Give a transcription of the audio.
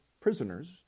prisoners